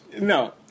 No